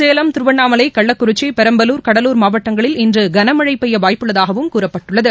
சேலம் திருவண்ணாமலை கள்ளக்குறிச்சி பெரம்பலூர் கடலூர் மாவட்டங்களில் இன்று கனமழை பெய்ய வாய்ப்புள்ளதாகவும் கூறப்பட்டுள்ளது